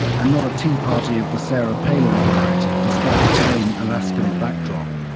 and not a tea party of the sarah palin variety, despite the same alaskan backdrop.